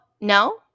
no